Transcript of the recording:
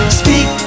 speak